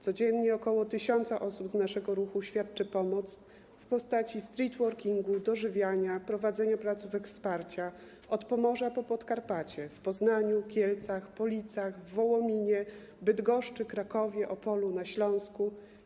Codziennie około 1 tys. osób z naszego ruchu świadczy pomoc w postaci streetworkingu, dożywiania, prowadzenia placówek wsparcia od Pomorza po Podkarpacie, w Poznaniu, Kielcach, Policach, Wołominie, Bydgoszczy, Krakowie, Opolu na Śląsku.